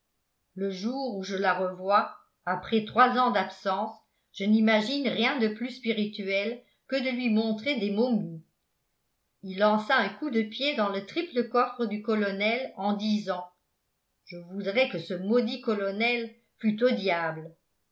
le jour où je la revois après trois ans d'absence je n'imagine rien de plus spirituel que de lui montrer des momies il lança un coup de pied dans le triple coffre du colonel en disant je voudrais que ce maudit colonel fût au diable